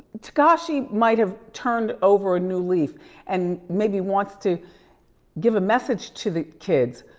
tekashi might have turned over a new leaf and maybe wants to give a message to the kids.